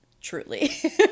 Truly